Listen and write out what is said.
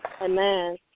Amen